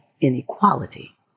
inequality